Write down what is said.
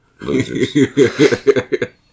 losers